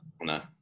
No